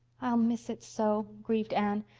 i'll miss it so, grieved anne.